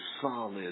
solid